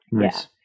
yes